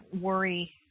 Worry